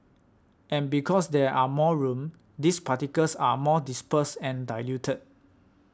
and because there are more room these particles are more dispersed and diluted